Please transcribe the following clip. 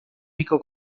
rico